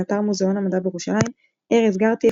באתר מוזיאון המדע בירושלים ארז גרטי,